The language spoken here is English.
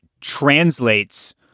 translates